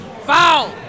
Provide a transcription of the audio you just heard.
Foul